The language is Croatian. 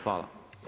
Hvala.